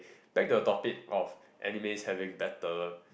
back to the topic of animes having better